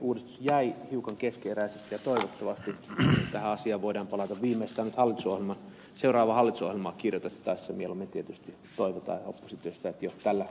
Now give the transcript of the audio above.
uudistus jäi hiukan keskeneräiseksi ja toivottavasti tähän asiaan voidaan palata viimeistään seuraavaa hallitusohjelmaa kirjoitettaessa mieluummin tietysti toivotaan oppositiosta että jo tällä vaalikaudella